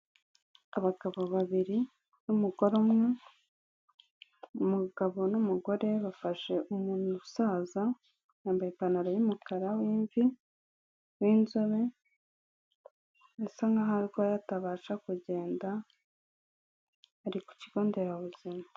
Abagabo babiri n'umugore umwe, umugabo n'umugore bafashe umusaza, yambaye ipantaro y'umukara, w'imvi, w'inzobe, asa nkaho arwaye atabasha kugenda, ari ku kigo nderabuzima.